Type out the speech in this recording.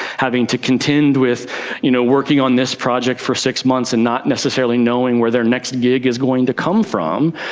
having to contend with you know working on this project for six months and not necessarily knowing where their next gig is going to come from,